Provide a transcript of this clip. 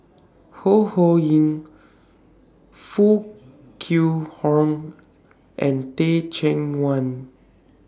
Ho Ho Ying Foo Kwee Horng and Teh Cheang Wan